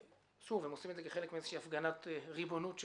הם עושים את זה כחלק מאיזושהי הפגנת ריבונות שלהם.